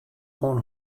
oan